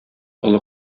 олы